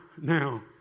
now